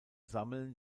sammeln